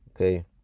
okay